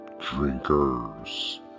drinkers